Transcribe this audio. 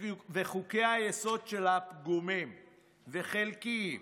וחוקי-היסוד שלה פגומים וחלקיים.